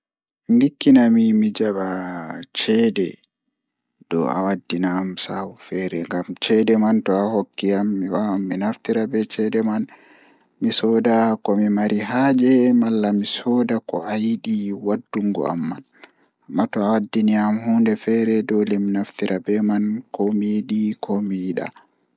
Nikkinami mi jaba ceede dow awaddina am saahu feere ngam ceede do to awaddani am mi wawan mi naftira be ceede man mi sooda ko mi mari haaje malla mi sooda ko ayidi waddungo am man amma do awaddani am hunde feere doole mi naftira be man ko miyidi ko mi yida